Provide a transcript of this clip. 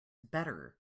better